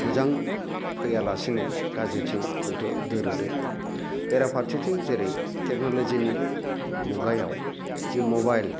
मोजां फैयालासिनो गाज्रिथिं हयथ' दोरोदो बेराफारसेथिं जेरै टेकनलजिनि मुगायाव जि मबाइल